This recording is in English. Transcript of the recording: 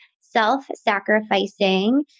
self-sacrificing